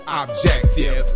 objective